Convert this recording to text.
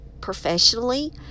professionally